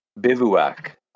Bivouac